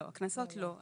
לא, קנסות לא.